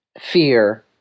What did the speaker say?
fear